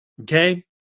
okay